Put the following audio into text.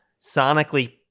sonically